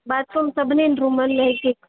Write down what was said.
bathroom सभिनीनि रुमनि में हिकु हिकु